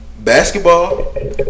Basketball